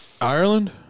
Ireland